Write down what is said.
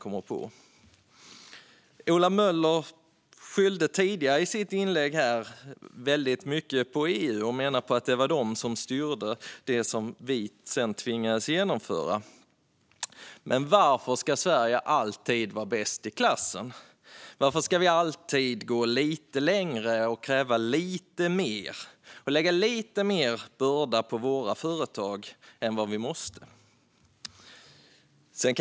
Ola Möller skyllde i sitt inlägg på EU och menade att det är EU som bestämmer det vi sedan tvingas införa. Men varför ska Sverige alltid vara bäst i klassen? Varför ska vi alltid gå lite längre, kräva lite mer och lägga lite större börda på våra företag än vad vi måste?